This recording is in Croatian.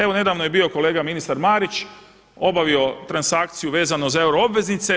Evo nedavno je bio kolega ministar Marić obavio transakciju vezano za euro obveznice.